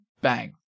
bang